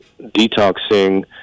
detoxing